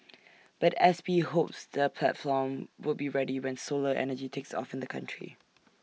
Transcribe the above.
but S P hopes the platform would be ready when solar energy takes off in the country